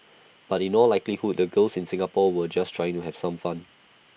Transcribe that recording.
but in all likelihood the girls in Singapore were just trying to have some fun